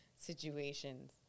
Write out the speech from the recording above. situations